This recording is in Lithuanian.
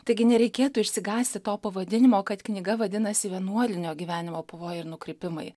taigi nereikėtų išsigąsti to pavadinimo kad knyga vadinasi vienuolinio gyvenimo pavojai ir nukrypimai